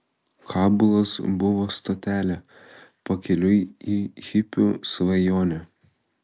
kabulas buvo stotelė pakeliui į hipių svajonę